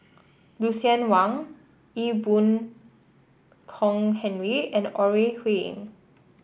Lucien Wang Ee Boon Kong Henry and Ore Huiying